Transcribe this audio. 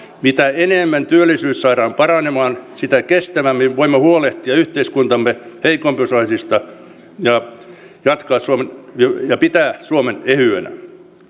mitä enemmän työllisyys saadaan paranemaan sitä kestävämmin voimme huolehtia yhteiskuntamme heikompiosaisista ja pitää suomen ehyenä